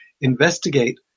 investigate